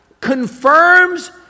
confirms